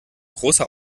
großer